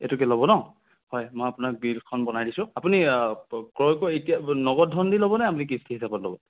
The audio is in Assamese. এইটোকে ল'ব ন' হয় মই আপোনাক বিলখন বনাই দিছোঁ আপুনি ক্ৰয় কৰি এতিয়া নগদ ধন দি ল'বনে আপুনি কিস্তি হিচাপত ল'ব